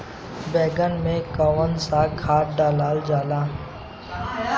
बैंगन में कवन सा खाद डालल जाला?